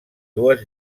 dues